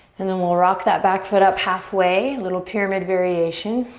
and then we'll rock that back foot up half way. a little pyramid variation.